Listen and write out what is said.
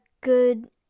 good